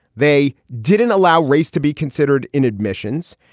they didn't allow race to be considered in admissions.